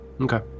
Okay